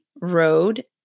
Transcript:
road